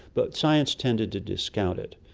but science tended to discount it.